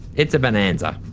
it's a bonanza.